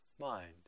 mind